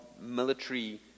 military